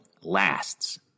lasts